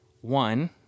One